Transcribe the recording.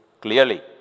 clearly